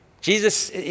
Jesus